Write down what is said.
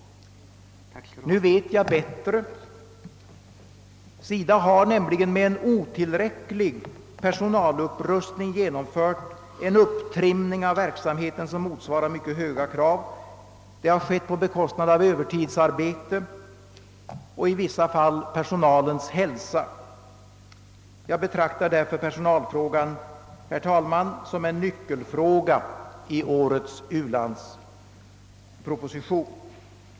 Nu vet jag bättre. SIDA har med otillräcklig personal genomfört en upptrimning av verksamheten som motsvarar mycket höga krav. Detta har skett genom övertidsarbete och på bekostnad i vissa fall av personalens hälsa. Jag betraktar därför personalfrågan som en nyckelfråga i årets u-landsproposition.